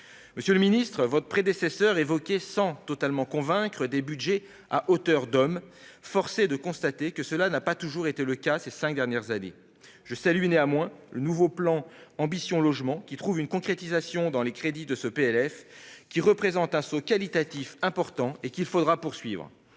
Monsieur le ministre, votre prédécesseure évoquait sans totalement convaincre des budgets à « hauteur d'hommes ». Force est de constater que cela n'a pas toujours été le cas ces cinq dernières années. Je salue néanmoins le nouveau plan Ambition Logement, qui trouve une concrétisation dans les crédits de ce projet de loi de finances. Ceux-ci représentent un saut qualitatif important, qu'il faudra poursuivre.